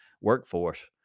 workforce